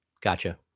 Gotcha